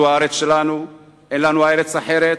זו הארץ שלנו כי אין לנו ארץ אחרת,